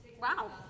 Wow